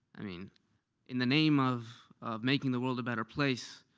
i mean in the name of making the world a better place,